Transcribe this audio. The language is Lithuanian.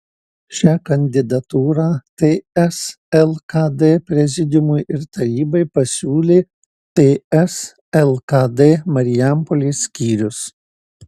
šią kandidatūrą ts lkd prezidiumui ir tarybai pasiūlė ts lkd marijampolės skyrius